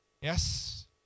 yes